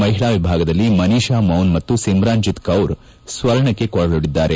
ಮಹಿಳಾ ವಿಭಾಗದಲ್ಲಿ ಮನೀಷಾ ಮೌನ್ ಮತ್ತು ಸಿಮ್ರಾನ್ ಜೆತ್ ಕೌರ್ ಸ್ವರ್ಣಕ್ಕೆ ಕೊರಳೊಡ್ಡಿದರು